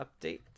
update